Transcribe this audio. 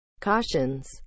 cautions